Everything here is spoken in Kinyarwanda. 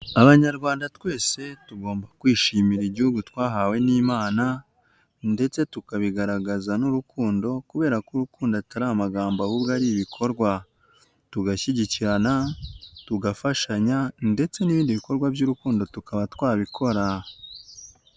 Abanyarwanda twese tugomba kwishimira igihugu twahawe n'imana, ndetse tukabigaragaza n'urukundo kubera ko urukundo atari amagambo ahubwo ari ibikorwa, tugashyigikirana, tugafashanya, ndetse n'ibindi bikorwa by'urukundo tukaba twabikora.